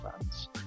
fans